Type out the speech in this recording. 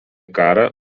karą